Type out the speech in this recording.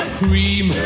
cream